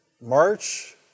March